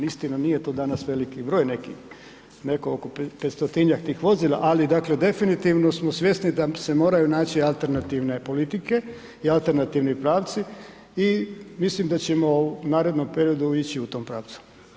Istina nije to danas veliki broj neki, negdje oko 500-njak tih vozila, ali definitivno smo svjesni da se moraju naći alternativne politike i alternativni pravci i mislim da ćemo u narednom periodu ići u tom pravcu.